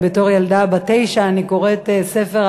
בתור ילדה בת תשע אני קוראת ספר,